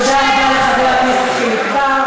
תודה רבה לחבר הכנסת חיליק בר.